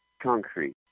concrete